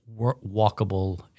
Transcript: walkable